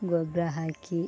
ಗೊಬ್ಬರ ಹಾಕಿ